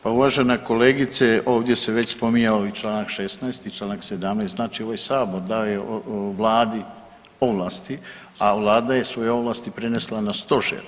Pa uvažena kolegice ovdje se već spominjao i Članak 16. i Članak 17. znači ovo je sabor dao je vladi ovlasti, a vlada je svoje ovlasti prenesla na stožer.